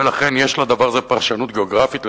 ולכן יש לדבר הזה פרשנות גיאוגרפית.